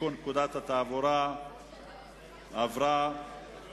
לתיקון פקודת התעבורה (חנייה בתחנות אוטובוס בימי מנוחה),